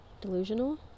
delusional